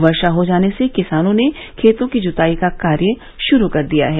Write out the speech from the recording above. वर्षा हो जाने से किसानों ने खेतों की जुताई का कार्य शुरू कर दिया है